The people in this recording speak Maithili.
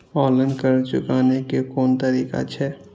ऑनलाईन कर्ज चुकाने के कोन तरीका छै?